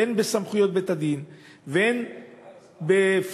בין בסמכויות בית-הדין ובין פיזית,